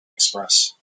express